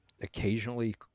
occasionally